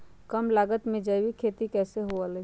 कम लागत में जैविक खेती कैसे हुआ लाई?